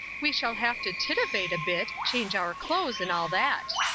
we shall have to titivate a bit, change our clothes and all that.